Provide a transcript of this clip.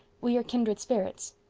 we are kindred spirits.